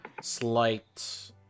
slight